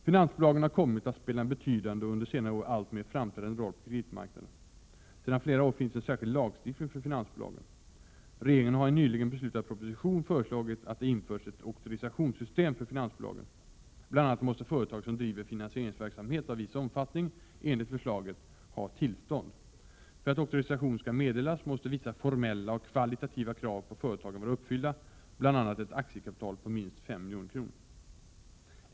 Finansbolagen har kommit att spela en betydande och under senare år alltmer framträdande roll på kreditmarknaden. Sedan flera år finns en särskild lagstiftning för finansbolagen. Regeringen har i en nyligen beslutad proposition föreslagit att det införs ett auktorisationssystem för finansbolagen. Bl. a. måste företag som driver finansieringsverksamhet av viss omfattning enligt förslaget ha tillstånd. För att auktorisation skall meddelas måste vissa formella och kvalitativa krav på företaget vara uppfyllda, bl.a. att företaget har ett aktiekapital på minst 5 milj.kr.